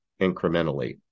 incrementally